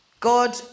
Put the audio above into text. God